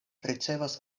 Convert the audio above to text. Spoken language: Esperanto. ricevas